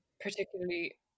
particularly